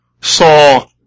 saw